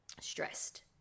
stressed